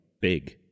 big